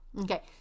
okay